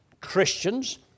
Christians